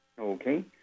Okay